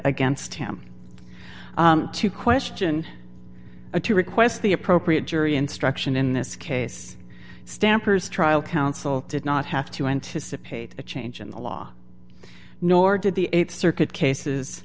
against him to question a to request the appropriate jury instruction in this case stampers trial counsel did not have to anticipate a change in the law nor did the eight circuit cases